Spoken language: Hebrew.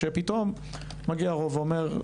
שפתאום מגיע רוב ואומר: